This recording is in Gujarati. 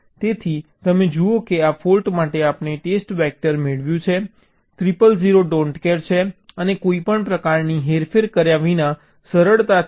તેથી તમે જુઓ કે આ ફોલ્ટ માટે આપણે ટેસ્ટ વેક્ટર મેળવ્યું છે 0 0 0 ડોન્ટ કેર છે અને કોઈપણ પ્રકારની હેરફેર કર્યા વિના સરળતાથી છે